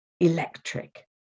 electric